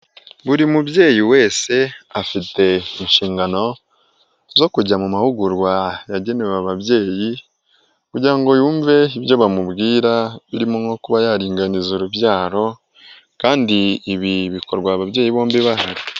Buri mubyeyi wese afite inshingano zo kujya mu mahugurwa yagenewe ababyeyi, kugira ngo yumve ibyo bamubwira birimo nko kuba yaringaniza urubyaro, kandi ibi bikorwa ababyeyi bombi bahari.